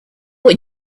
were